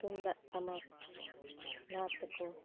ᱛᱩᱢᱫᱟᱜ ᱴᱟᱢᱟᱠ ᱞᱟᱦᱟ ᱛᱮᱠᱚ